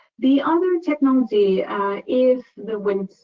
the other technology is the wind,